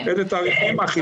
אלה תעריפים אחידים לכולם.